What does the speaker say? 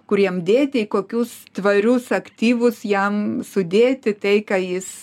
kur jiem dėti į kokius tvarius aktyvus jam sudėti tai ką jis